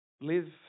live